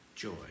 joy